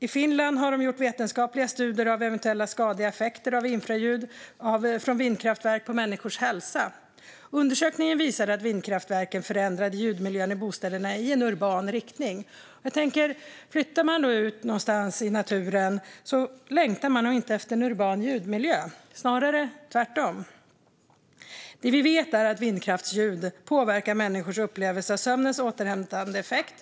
I Finland har man gjort vetenskapliga studier av eventuella skadliga effekter på människors hälsa av infraljud från vindkraftverk. Undersökningen visar att vindkraftverken förändrat ljudmiljön i bostäderna i en urban riktning. Om man flyttar ut någonstans i naturen längtar man nog inte efter en urban ljudmiljö - snarare tvärtom. Det vi vet är att vindkraftsljud påverkar människors upplevelse av sömnens återhämtande effekt.